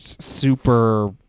Super